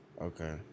Okay